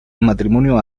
matrimonio